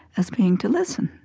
as being to listen